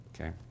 Okay